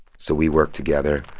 so we worked together.